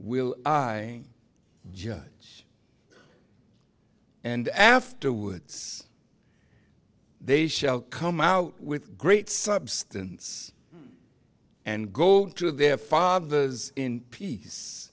will i judge and afterwards they shall come out with great substance and go to their fathers in peace